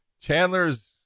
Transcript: Chandler's